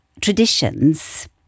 traditions